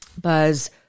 buzz